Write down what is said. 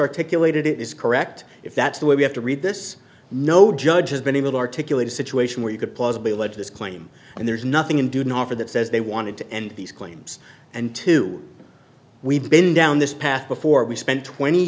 articulated it is correct if that's the way we have to read this no judge has been able to articulate a situation where you could plausibly allege this claim and there's nothing in didn't offer that says they wanted to end these claims and to we've been down this path before we spent twenty